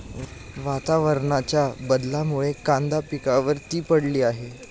वातावरणाच्या बदलामुळे कांदा पिकावर ती पडली आहे